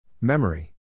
Memory